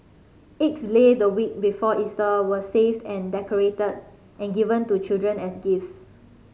eggs laid the week before Easter were saved and decorated and given to children as gifts